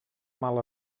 mal